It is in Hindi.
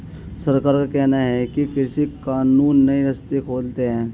सरकार का कहना है कि कृषि कानून नए रास्ते खोलते है